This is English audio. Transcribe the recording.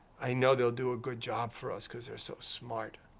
i know they'll do a good job for us, cause they're so smart.